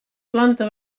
planta